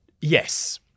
Yes